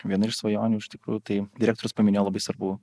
viena iš svajonių iš tikrųjų tai direktorius paminėjo labai svarbų